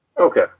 Okay